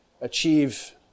achieve